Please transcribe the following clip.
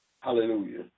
Hallelujah